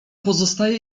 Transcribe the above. pozostaje